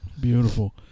Beautiful